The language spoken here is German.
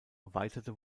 erweiterte